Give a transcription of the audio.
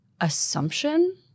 assumption